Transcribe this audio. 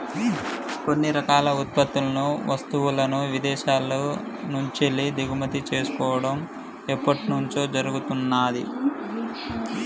కొన్ని రకాల ఉత్పత్తులను, వస్తువులను ఇదేశాల నుంచెల్లి దిగుమతి చేసుకోడం ఎప్పట్నుంచో జరుగుతున్నాది